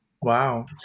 Wow